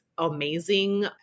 Amazing